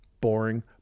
boring